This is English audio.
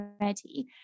already